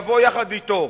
לבוא אתו.